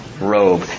robe